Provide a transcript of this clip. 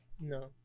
No